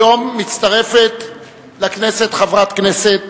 היום מצטרפת לכנסת חברת כנסת